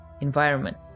environment